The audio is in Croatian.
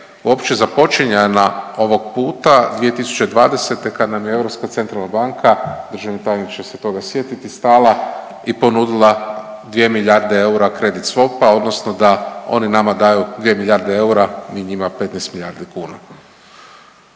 uopće započinjanja ovog puta 2020. kada nam je Europska centralna banka državni tajnik će se toga sjetiti stala i ponudila dvije milijarde eura kredit SWOP-a odnosno da oni nama daju dvije milijarde eura, mi njima 15 milijardi kuna.